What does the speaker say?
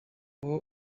aho